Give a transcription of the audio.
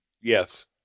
Yes